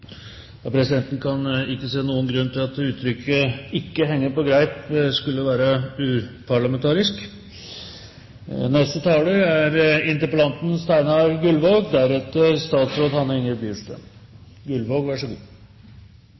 Presidenten kan ikke se noen grunn til at uttrykket «henger ikke på greip» skulle være uparlamentarisk. I den grad det fra denne talerstol er